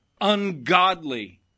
ungodly